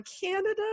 Canada